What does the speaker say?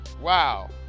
Wow